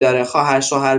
داره، خواهرشوهر